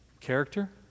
Character